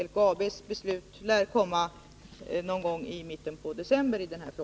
LKAB:s beslut i den här frågan lär komma någon gång i mitten av december.